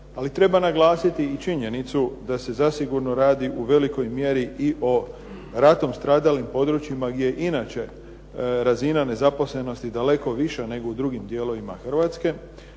ali treba naglasiti i činjenicu da se zasigurno radi u velikoj mjeri i o ratom stradalim područjima gdje inače razina nezaposlenosti daleko viša nego u drugim dijelovima Hrvatske,